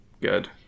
good